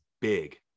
big